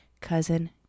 Cousin